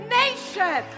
nation